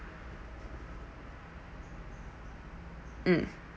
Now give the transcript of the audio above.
mm